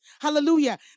Hallelujah